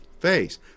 face